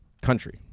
country